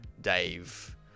Dave